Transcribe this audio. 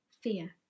fear